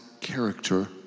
character